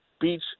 beach